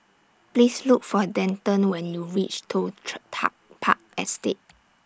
Please Look For Denton when YOU REACH Toh Chor Tuck Park Estate